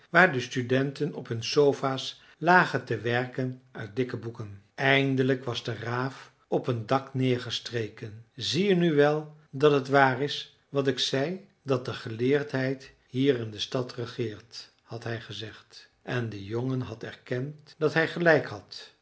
waar de studenten op hun sofa's lagen te werken uit dikke boeken eindelijk was de raaf op een dak neergestreken zie je nu wel dat het waar is wat ik zei dat de geleerdheid hier in de stad regeert had hij gezegd en de jongen had erkend dat hij gelijk had